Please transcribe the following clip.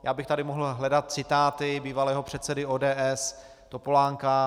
Já bych tady mohl hledat citáty bývalého předsedy ODS Topolánka.